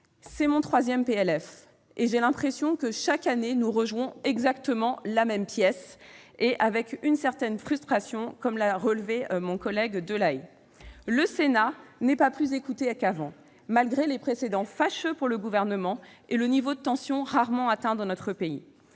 C'est mon troisième PLF, et j'ai l'impression que chaque année nous rejouons exactement la même pièce avec une certaine frustration, comme l'a relevé mon collègue Delahaye. Le Sénat n'est pas plus écouté qu'avant, malgré les précédents fâcheux pour le Gouvernement et le niveau de tension rarement atteint dans notre pays.